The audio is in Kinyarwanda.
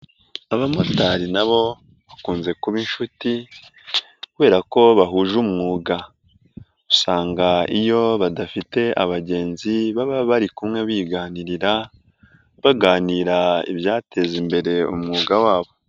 Abamotari na bo bakunze kuba inshuti kubera ko bahuje umwuga. Usanga iyo badafite abagenzi baba bari kumwe biganirira, baganira ibyateza imbere umwuga wabo.